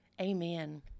Amen